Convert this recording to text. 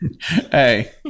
Hey